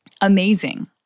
amazing